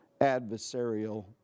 adversarial